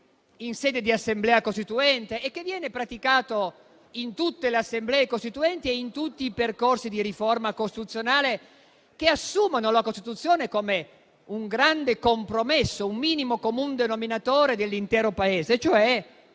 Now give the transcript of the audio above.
in sede di Assemblea costituente e che viene praticato in tutte le assemblee costituenti e in tutti i percorsi di riforma costituzionale che assumono la Costituzione come un grande compromesso, un minimo comun denominatore dell'intero Paese, cioè